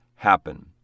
happen